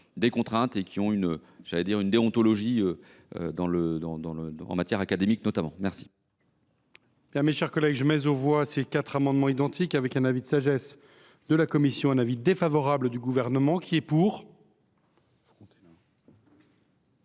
des contraintes et une déontologie, en matière académique notamment. Je